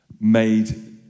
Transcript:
made